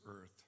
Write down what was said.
earth